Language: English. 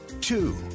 Two